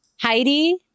Heidi